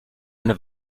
eine